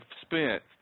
spent